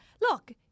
Look